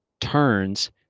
turns